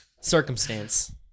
circumstance